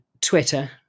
Twitter